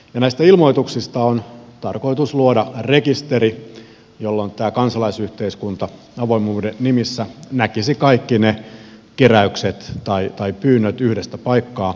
näistä ilmoituksista on tarkoitus luoda rekisteri jolloin tämä kansalaisyhteiskunta avoimuuden nimissä näkisi kaikki ne keräykset tai pyynnöt yhdestä paikkaa rekisterin kautta